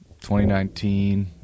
2019